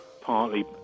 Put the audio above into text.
partly